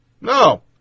No